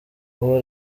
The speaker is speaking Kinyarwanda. ubu